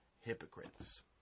hypocrites